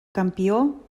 campió